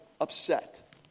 upset